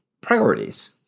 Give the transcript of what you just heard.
priorities